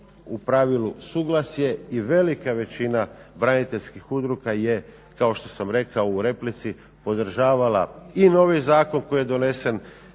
u pravilu suglasje i velika većina braniteljskih udruga je kao što sam rekao u replici podržavala i novi zakon koji je donesen